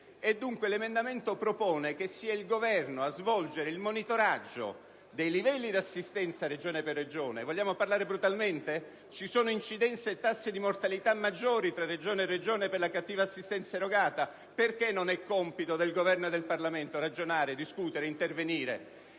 Dunque, l'emendamento propone che sia il Governo a svolgere il monitoraggio dei livelli di assistenza, Regione per Regione. Vogliamo esprimerci brutalmente? Ci sono tassi di mortalità maggiori da Regione a Regione per la cattiva assistenza erogata. Perché non è compito del Governo e del Parlamento ragionare, discutere, intervenire?